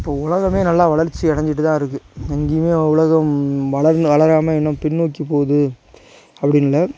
இப்போ உலகமே நல்லா வளர்ச்சி அடஞ்சிட்டு தான் இருக்குது எங்கேயுமே உலகம் வளர்ந் வளராமல் இன்னும் பின்னோக்கி போது அப்டினு இல்லை